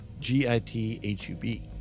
g-i-t-h-u-b